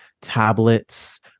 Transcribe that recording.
tablets